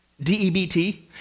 D-E-B-T